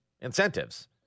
incentives